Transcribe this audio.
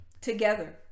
together